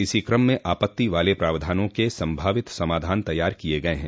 इसी कम में आपत्ति वाले प्रावधानों के संभावित समाधान तैयार किये हैं